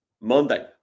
Monday